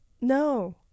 no